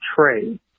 trade